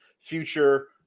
future